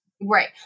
Right